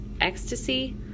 Ecstasy